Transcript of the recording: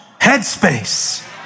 headspace